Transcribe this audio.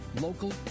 local